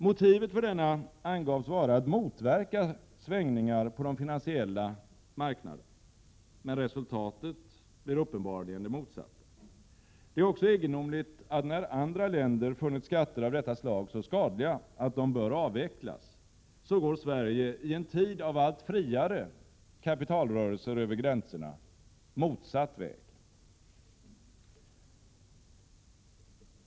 Motivet för denna angavs vara att motverka svängningar på de finansiella marknaderna, men resultatet blir uppenbarligen det motsatta. Det är också egendomligt att när andra länder funnit skatter av detta slag vara så skadliga att de bör avvecklas, så går Sverige i en tid av allt friare kapitalrörelser över gränserna motsatt väg.